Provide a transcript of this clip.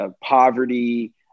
poverty